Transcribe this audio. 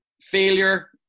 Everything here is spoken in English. failure